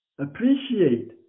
appreciate